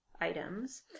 items